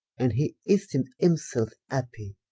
and he esteemes himselfe happy,